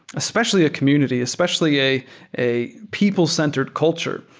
especially a community, especially a a people centered culture,